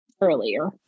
earlier